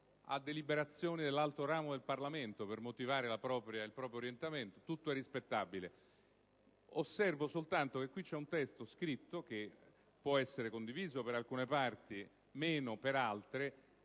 a deliberazioni dell'altro ramo del Parlamento per motivare il proprio orientamento. Tutto è rispettabile; osservo soltanto che qui c'è un testo scritto, che può essere condiviso per alcune parti, meno per altre,